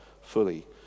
fully